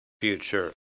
future